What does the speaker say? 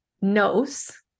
knows